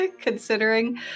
considering